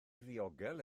ddiogel